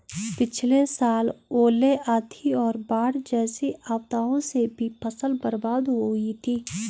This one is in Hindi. पिछली साल ओले, आंधी और बाढ़ जैसी आपदाओं से भी फसल बर्बाद हो हुई थी